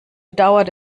dauert